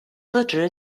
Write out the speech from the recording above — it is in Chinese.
司职